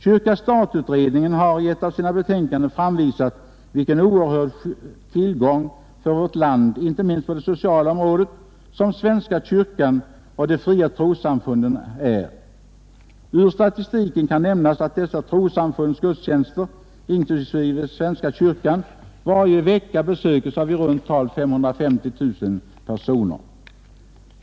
Kyrka—stat-utredningen har i ett av sina betänkanden påvisat vilken oerhörd tillgång för vårt land — inte minst på det sociala området — svenska kyrkan och de fria trossamfunden är. Ur statistiken kan nämnas att dessa trossamfunds gudstjänster — inklusive svenska kyrkans — varje vecka besökes av i runt tal 550 000 personer.